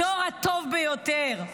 הדור הטוב ביותר.